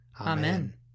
Amen